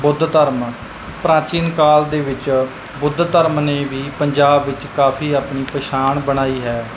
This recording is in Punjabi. ਬੁੱਧ ਧਰਮ ਪ੍ਰਾਚੀਨ ਕਾਲ ਦੇ ਵਿੱਚ ਬੁੱਧ ਧਰਮ ਨੇ ਵੀ ਪੰਜਾਬ ਵਿੱਚ ਕਾਫੀ ਆਪਣੀ ਪਛਾਣ ਬਣਾਈ ਹੈ